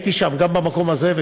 הייתי שם גם במקום הזה,